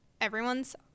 everyone's